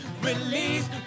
release